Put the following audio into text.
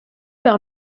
par